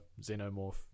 xenomorph